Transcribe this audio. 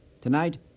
Tonight